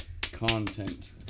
content